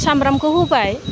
सामब्रामखौ होबाय